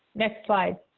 next slide.